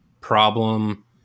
problem